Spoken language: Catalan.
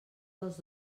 dels